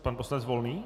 Pan poslanec Volný.